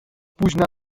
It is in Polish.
późna